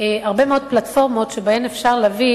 הרבה מאוד פלטפורמות שבהן אפשר להביא